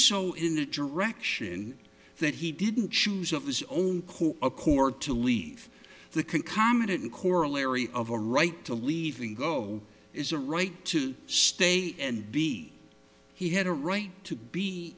so in a direction that he didn't choose of his own accord to leave the can comment and corollary of a right to leaving go is a right to stay and b he had a right to be